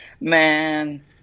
man